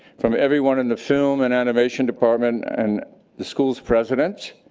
from everyone in the film and animation department and the school's president,